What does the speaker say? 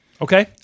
Okay